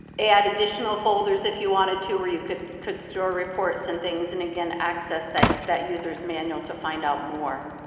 add additional folders if you wanted to, or you could could store reports and things, and again access that that user's manual to find out more.